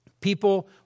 People